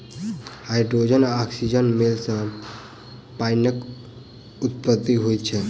hydrogen आ औक्सीजनक मेल सॅ पाइनक उत्पत्ति होइत छै